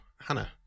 Hannah